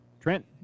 Trent